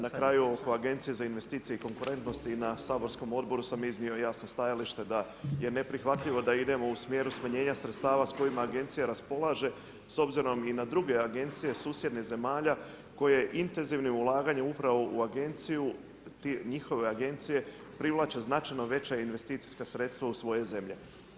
Na kraju oko Agencije za investicije i konkurentnosti na saborskom odboru sam iznio jasno stajalište da je neprihvatljivo da idemo u smjeru smanjenja sredstava s kojima agencija raspolaže s obzirom i na druge agencije susjednih zemalja koje intenzivnim ulaganjem u agenciju njihove agencije privlače značajno veća investicijska sredstva u svoje zemlje.